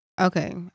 Okay